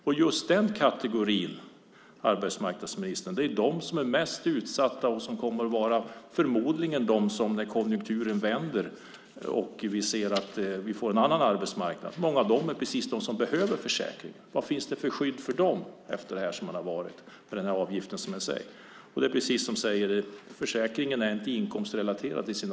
Det är just den kategorin, arbetsmarknadsministern, som är mest utsatt och som förmodligen när konjunkturen vänder med en annan arbetsmarknad kommer att behöva försäkringen. Vad finns det för skydd för dem efter detta med avgiften? Försäkringens avgift är inte längre inkomstrelaterad.